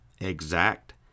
exact